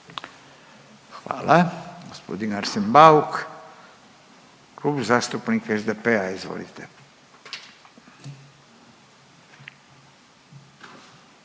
Hvala. Gospodin Arsen Bauk, Klub zastupnika SDP-a, izvolite.